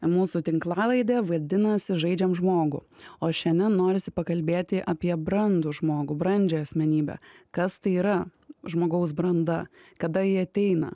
mūsų tinklalaidė vadinasi žaidžiam žmogų o šiandien norisi pakalbėti apie brandų žmogų brandžią asmenybę kas tai yra žmogaus branda kada ji ateina